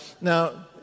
now